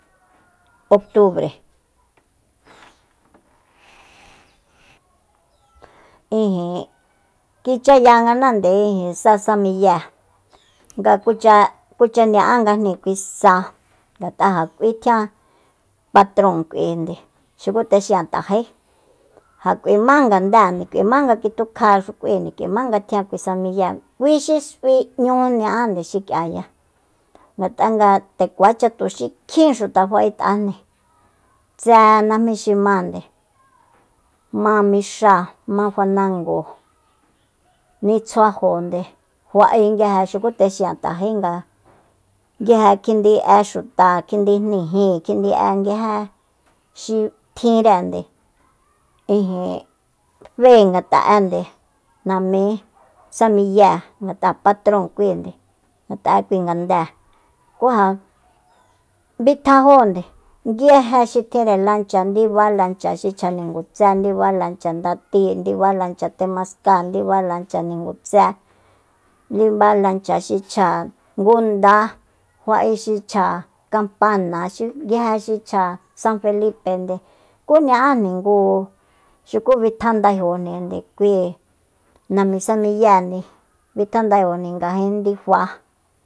Otubre ijin kichayanganande ijin sá sa miye nga kucha- kucha ña'ángajni kui sa ngat'aja k'ui tjian patron k'uinde xukú texi'an t'ajé ja k'uima ngandéende k'uima nga kitukjaxu kui k'uima nga tjian sa miye kuixu s'ui 'ñú ña'ande xik'ia ya ngat'a ndekuacha tuxí kjin xuta fa'et'ajni tsa najmí xi máande ma mixáa ma fanango nitsjuajonde fa'e nguije xuku texíin t'ajé nguije kjindi'e xuta kjindijni jíin kjindi'e nguije xi tjinrende ijin fée ngata'e namí sa miyée ngat'a patróon kuíinde ngat'a kui ngandée ku ja bitjajóonde nguije xi tjinre lancha indiba lancha xi chja ningutse ndiba lancha ndatíi ndiba lancha temaskáa ndiba lancha ningutse ndiba lancha xi chja ngundá xi chja kampana xi nguije xi chja san felipende ku ña'ajni ngu xuku bitjandaejojninde kúii namí sa miyende bitjandaejojni ngajin ndifa